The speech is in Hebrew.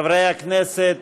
חברי הכנסת,